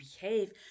behave